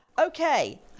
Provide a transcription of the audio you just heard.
Okay